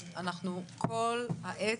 שאנחנו כל העת,